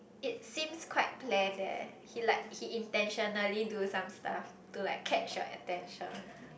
it seems quite planned eh he like he intentionally do some stuff to like catch your attention